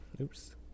oops